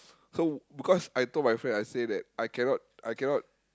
so because I told my friend I say that I cannot I cannot